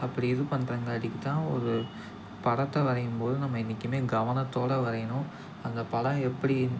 அப்படி இது பண்ணுறங்காட்டிக்கி தான் ஒரு படத்தை வரையும்போது நம்ம என்றைக்குமே கவனத்தோடு வரையணும் அந்த படம் எப்படி